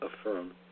affirm